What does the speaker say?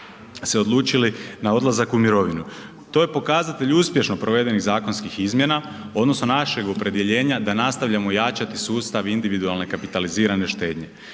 se odlučili na odlazak u mirovinu. To je pokazatelj uspješno provedenih zakonskih izmjena odnosno našeg opredjeljenja da nastavljamo jačati sustav individualne kapitalizirane štednje.